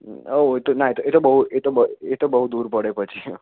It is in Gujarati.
આવું હોય તો ના એ તો બહુ એ તો એતો બહુ દૂર પડે પછી